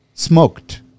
Smoked